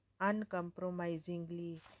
uncompromisingly